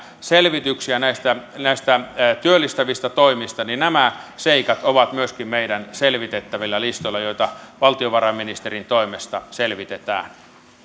selvityksiä näistä näistä työllistävistä toimista nämä seikat ovat myöskin meidän selvitettävillä listoillamme joita valtiovarainministerin toimesta selvitetään arvoisa